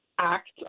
act